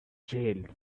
jailed